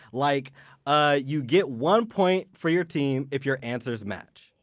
like ah you get one point for your team if your answers match.